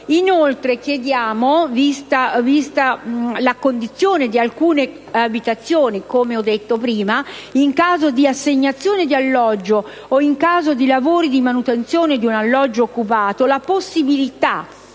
Inoltre, chiediamo, vista la condizione di alcune abitazioni, in caso di assegnazione di alloggio o in caso di lavori di manutenzione di un alloggio occupato, la possibilità,